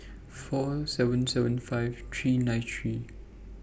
four seven seven five three nine three